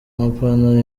amapantaro